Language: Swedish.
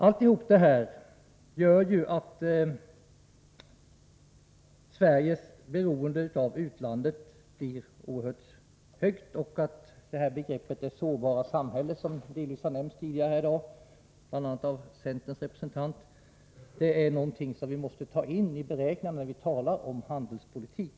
Allt detta gör att Sveriges beroende av utlandet blir oerhört stort och att begreppet ”det sårbara samhället”, som tidigare här i dag användes av bl.a. centerns representant, är någonting som vi måste ta med i beräkningarna när vi talar om handelspolitik.